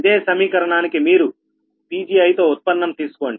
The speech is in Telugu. ఇదే సమీకరణానికి మీరు Pgi తో ఉత్పన్నం తీసుకోండి